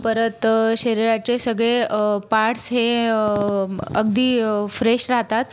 परत शरीराचे सगळे पार्ट्स हे अगदी फ्रेश राहतात